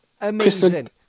amazing